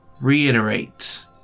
reiterate